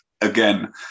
again